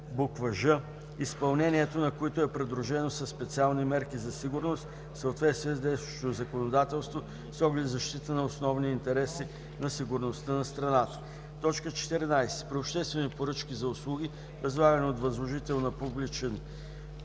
или ж) изпълнението на които е придружено със специални мерки за сигурност в съответствие с действащото законодателство с оглед защита на основни интереси на сигурността на страната; 14. при обществени поръчки за услуги, възлагани от възложител на публичен